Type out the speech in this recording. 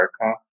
America